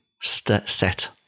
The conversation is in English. set